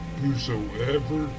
Whosoever